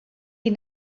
die